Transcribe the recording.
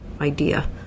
idea